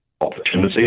opportunity